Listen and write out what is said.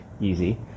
easy